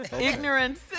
ignorance